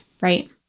Right